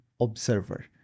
observer